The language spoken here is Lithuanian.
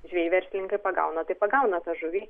žvejai verslininkai pagauna taip pagauna tą žuvį